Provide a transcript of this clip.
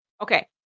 okay